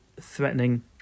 threatening